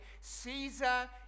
Caesar